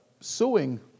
suing